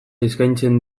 eskaintzen